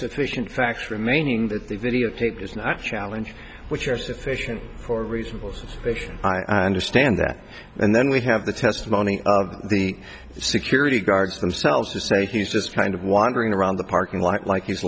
sufficient facts remaining that the videotape is not challenge which are sufficient for reasonable because i understand that and then we have the testimony of the security guards themselves to say he's just kind of wandering around the parking lot like